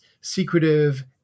secretive